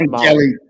Kelly